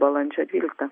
balandžio dvyliktą